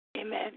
Amen